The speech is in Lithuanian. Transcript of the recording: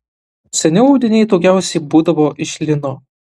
seniau audiniai daugiausiai būdavo iš lino